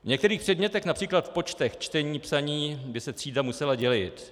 V některých předmětech, např. v počtech, čtení, psaní, by se třída musela dělit.